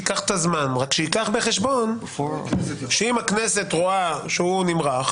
ייקח את הזמן אבל שייקח בחשבון שאם הכנסת רואה שהוא נמרח,